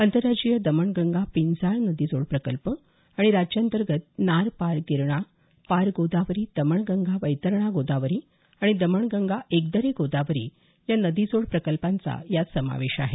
आंतरराज्यीय दमणगंगा पिंजाळ नदीजोड प्रकल्प आणि राज्यांतर्गत नार पार गिरणा पार गोदावरी दमणगंगा वैतरणा गोदावरी आणि दमणगंगा एकदरे गोदावरी या नदीजोड प्रकल्पांचा यात समावेश आहे